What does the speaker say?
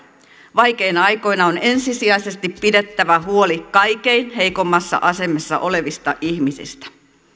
vaikeina aikoina on ensisijaisesti pidettävä huoli kaikkein heikoimmassa asemassa olevista ihmisistä